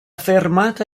fermata